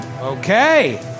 Okay